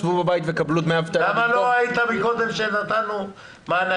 שבו בבית וקבלו דמי אבטלה --- למה לא היית קודם כשנתנו מענקים?